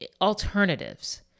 alternatives